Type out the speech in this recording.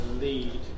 lead